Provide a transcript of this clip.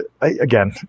again